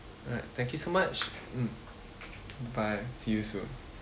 alright thank you so much mm bye see you soon